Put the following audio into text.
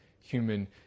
human